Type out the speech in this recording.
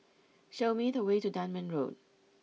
show me the way to Dunman Road